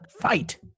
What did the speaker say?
fight